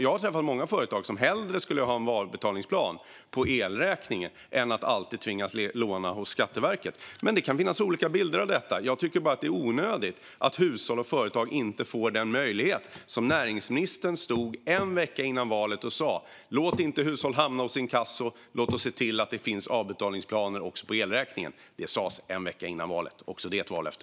Jag har träffat många företagare som hellre skulle ha en avbetalningsplan för elräkningen än att alltid tvingas låna hos Skatteverket. Men det kan finnas olika bilder av detta. Jag tycker bara att det är onödigt att hushåll och företag inte får den möjlighet som näringsministern talade om en vecka innan valet, nämligen att inte låta hushåll hamna hos inkasso utan att man ska se till att det finns avbetalningsplaner också för elräkningen. Det sades en vecka innan valet; också det är ett vallöfte.